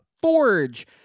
Forge